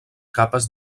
capes